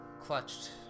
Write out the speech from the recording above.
clutched